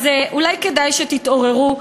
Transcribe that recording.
אז אולי כדאי שתתעוררו,